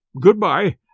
Goodbye